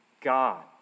God